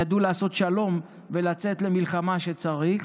ידע לעשות שלום ולצאת למלחמה כשצריך,